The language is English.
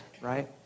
right